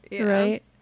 right